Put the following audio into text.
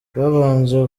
babanje